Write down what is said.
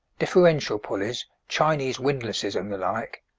differential pulleys, chinese windlasses, and the like.